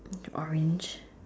with the orange